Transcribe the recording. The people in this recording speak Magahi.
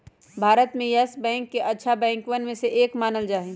भारत में येस बैंक के अच्छा बैंकवन में से एक मानल जा हई